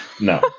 no